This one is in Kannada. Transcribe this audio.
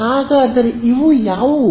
ಹಾಗಾದರೆ ಇವು ಯಾವುವು